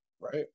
right